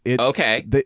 Okay